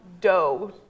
dough